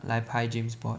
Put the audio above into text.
来拍 James Bond